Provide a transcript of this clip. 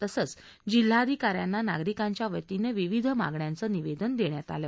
तसंच जिल्हाधिकाऱ्यांना नागरिकांच्या वतीनं विविध मागण्यांचं निवेदन देण्यात आलं